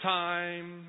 time